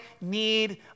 need